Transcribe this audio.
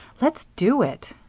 let's do it.